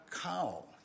cow